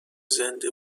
زنده